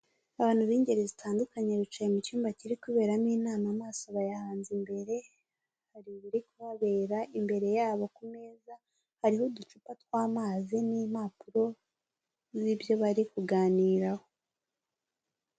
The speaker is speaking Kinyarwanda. Abantu b'ingeri zitandukanye bicaye mu cyumba kiri kuberamo inama amaso bayahanze imbere, hari ibiri kubabera imbere yabo ku meza hariho uducupa tw'amazi n'impapuro z'ibyo bari kuganiraho.